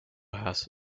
has